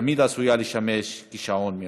ותמיד עשויה לשמש כשעון מעורר.